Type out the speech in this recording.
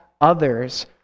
others